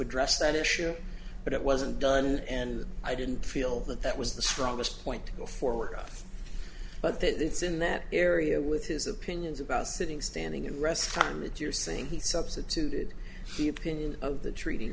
address that issue but it wasn't done and i didn't feel that that was the strongest point to go forward but that it's in that area with his opinions about sitting standing and rest time if you're saying he substituted the opinion of the treat